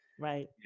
Right